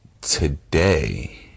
today